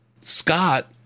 Scott